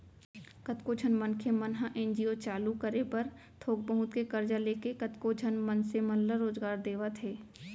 कतको झन मनखे मन ह एन.जी.ओ चालू करे बर थोक बहुत के करजा लेके कतको झन मनसे मन ल रोजगार देवत हे